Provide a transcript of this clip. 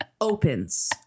opens